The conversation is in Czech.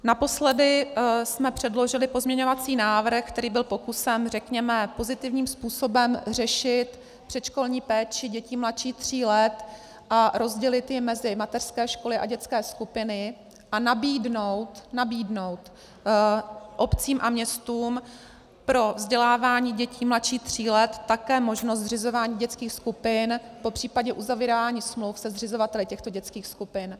Naposledy jsme předložili pozměňovací návrh, který byl pokusem, řekněme, pozitivním způsobem řešit předškolní péči dětí mladších tří let a rozdělit ji mezi mateřské školy a dětské skupiny a nabídnout obcím a městům pro vzdělávání dětí mladších tří let také možnost zřizování dětských skupin, popř. uzavírání smluv se zřizovateli těchto dětských skupin.